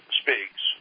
speaks